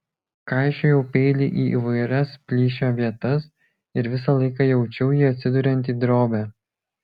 kaišiojau peilį į įvairias plyšio vietas ir visą laiką jaučiau jį atsiduriant į drobę